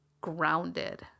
grounded